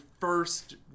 first